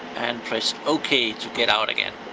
and press ok to get out again.